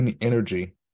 energy